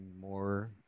more